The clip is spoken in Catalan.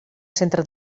centre